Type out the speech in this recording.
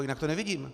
Jinak to nevidím.